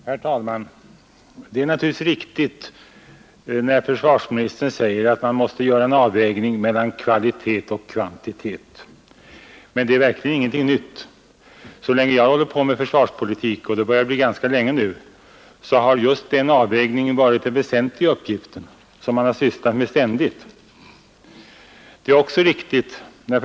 Herr talman! Det är naturligtvis riktigt när försvarsministern säger att han måste göra en avvägning mellan kvalitet och kvantitet. Men det är verkligen ingenting nytt. Så länge jag hållit på med försvarspolitik — det börjar bli ganska länge nu — har just den avvägningen varit den väsentliga uppgift som man ständigt sysslat med.